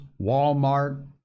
Walmart